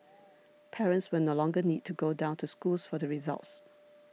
parents will no longer need to go down to schools for the results